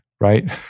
right